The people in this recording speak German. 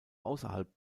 außerhalb